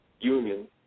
union